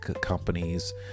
companies